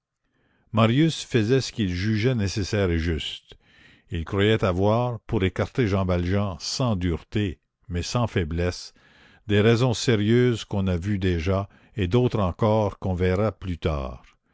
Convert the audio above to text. marius faisait ce qu'il jugeait nécessaire et juste il croyait avoir pour écarter jean valjean sans dureté mais sans faiblesse des raisons sérieuses qu'on a vues déjà et d'autres encore qu'on verra plus tard